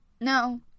No